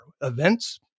events